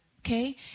Okay